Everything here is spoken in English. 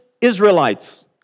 Israelites